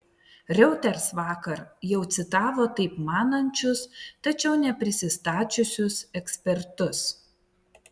reuters vakar jau citavo taip manančius tačiau neprisistačiusius ekspertus